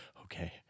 okay